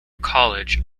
college